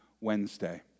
Wednesday